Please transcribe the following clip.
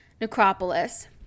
Necropolis